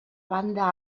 banda